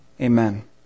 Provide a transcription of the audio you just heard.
Amen